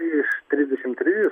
iš trisdešim trijų